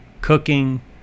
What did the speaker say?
cooking